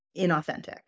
inauthentic